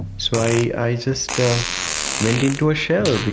so i just went into a shell, but